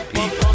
People